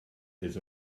his